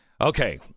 Okay